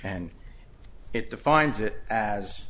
and it defines it as